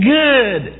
good